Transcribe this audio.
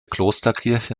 klosterkirche